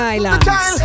Islands